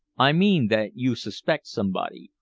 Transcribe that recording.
i mean that you suspect somebody,